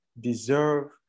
deserve